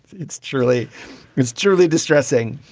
it's truly it's truly distressing.